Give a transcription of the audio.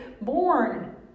born